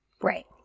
Right